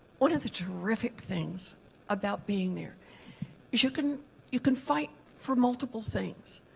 one of the terrific things about being there is you can you can fight for multiple things.